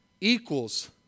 equals